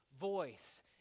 voice